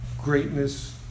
greatness